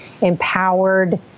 empowered